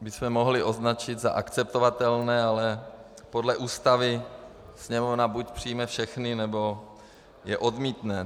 bychom mohli označit za akceptovatelné, ale podle Ústavy Sněmovna buď přijme všechny, nebo je odmítne.